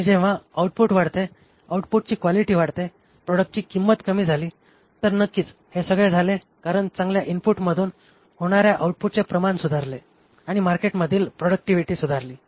आणि जेव्हा आउटपुट वाढते आउटपुटची क्वालिटी वाढते प्रॉडक्टची किंमत कमी झाली तर नक्कीच हे सगळे झाले कारण चांगल्या इनपुटमधून होणाऱ्या आउटपुटचे प्रमाण सुधारले आणि मार्केटमधील प्रॉडक्टिव्हिटी सुधारली